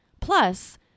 Plus